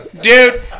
dude